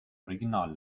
original